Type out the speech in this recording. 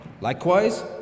Likewise